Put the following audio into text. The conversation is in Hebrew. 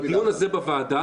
שזה נושא חדש.